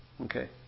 okay